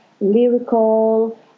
lyrical